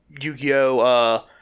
Yu-Gi-Oh